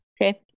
Okay